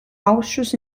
ausschuss